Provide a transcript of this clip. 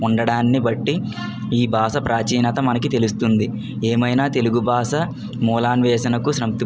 ఉండటాన్ని బట్టి ఈ భాష ప్రాచీనత మనకి తెలుస్తుంది ఏమైనా తెలుగు భాష మూలాన్వేషణకు సంతు